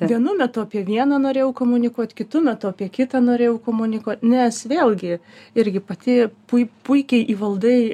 vienu metu apie vieną norėjau komunikuot kitu metu apie kitą norėjau komunikuot nes vėlgi irgi pati pui puikiai įvaldai